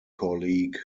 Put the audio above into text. colleague